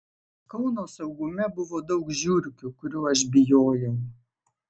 kauno saugume buvo daug žiurkių kurių aš bijojau